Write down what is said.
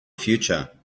future